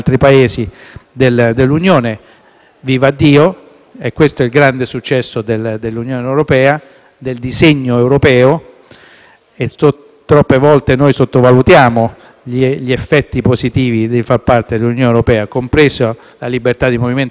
vivaddio - ed è questo il grande successo dell'Unione europea, del disegno europeo. Troppe volte sottovalutiamo gli effetti positivi di far parte dell'Unione europea, compresa la libertà di movimento delle persone.